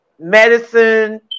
medicine